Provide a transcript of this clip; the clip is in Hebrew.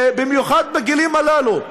במיוחד בגילים הללו,